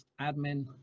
admin